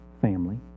family